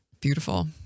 beautiful